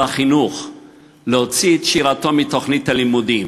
החינוך להוציא את שירתו מתוכנית הלימודים,